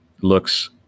looks